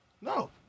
No